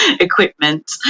equipment